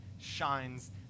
shines